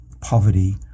poverty